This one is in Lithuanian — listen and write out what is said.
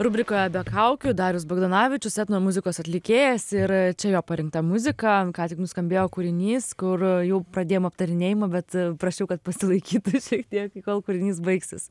rubrikoje be kaukių darius bagdonavičius etnomuzikos atlikėjas ir čia jo parinkta muzika ką tik nuskambėjo kūrinys kur jau pradėjom aptarinėjimą bet prašiau kad pasilaikytų šiek tiek kol kūrinys baigsis